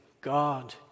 God